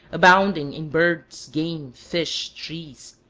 abounding in birds, game, fish, trees,